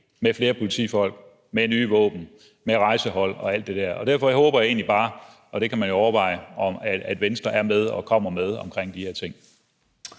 med flere politifolk, med nye våben, med rejsehold og alt det der. Derfor håber jeg egentlig bare – og det kan man jo overveje – at Venstre kommer med i det her.